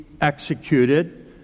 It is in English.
Executed